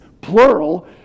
plural